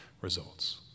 results